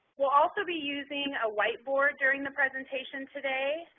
we'll also be using a whiteboard during the presentation today,